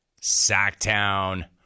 Sacktown